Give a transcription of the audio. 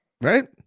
right